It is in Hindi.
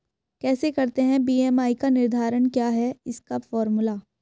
कैसे करते हैं बी.एम.आई का निर्धारण क्या है इसका फॉर्मूला?